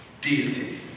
Deity